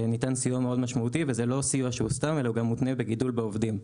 ניתן סיוע מאוד משמעותי אשר מותנה בגידול בעובדים.